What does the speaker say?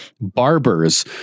Barbers